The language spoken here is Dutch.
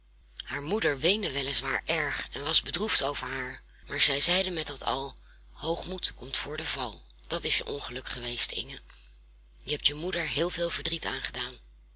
haar moeder weende wel is waar erg en was bedroefd over haar maar zij zeide met dat al hoogmoed komt voor den val dat is je ongeluk geweest inge je hebt je moeder heel veel verdriet aangedaan